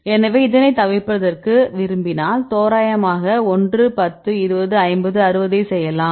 எனவே இதனை தவிர்ப்பதற்கு விரும்பினால் தோராயமாக 1 10 20 50 60 ஐயும் செய்யலாம்